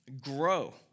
Grow